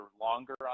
longer